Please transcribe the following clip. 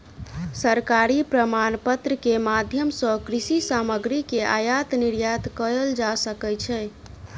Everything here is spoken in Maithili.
सरकारी प्रमाणपत्र के माध्यम सॅ कृषि सामग्री के आयात निर्यात कयल जा सकै छै